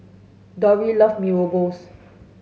Dolly love Mee rebus